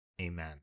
amen